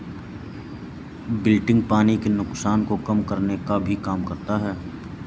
wilting पानी के नुकसान को कम करने का भी काम करता है